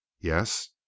Yes